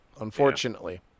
unfortunately